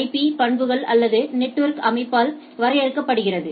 IP பண்புகள் அல்லது network அமைப்பால் வரையறுக்கப்படுகிறது